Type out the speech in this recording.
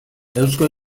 eusko